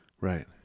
right